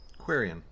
Quarian